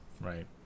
Right